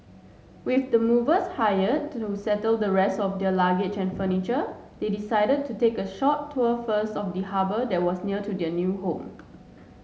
with the movers hire to settle the rest of their luggage and furniture they decided to take a short tour first of the harbour that was near to their new home